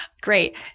Great